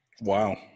Wow